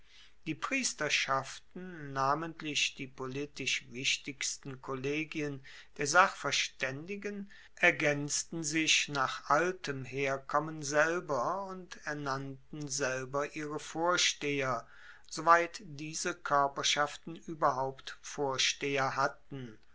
die priesterschaften namentlich die politisch wichtigsten kollegien der sachverstaendigen ergaenzten sich nach altem herkommen selber und ernannten selber ihre vorsteher soweit diese koerperschaften ueberhaupt vorsteher hatten